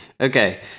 Okay